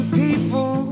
people